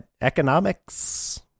Economics